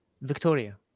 Victoria